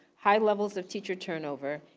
high levels of teacher turnover,